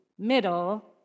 middle